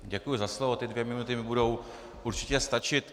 Děkuji za slovo, dvě minuty mi budou určitě stačit.